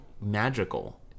magical